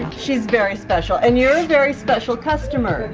she's very special and you're a very special customer